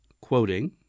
quoting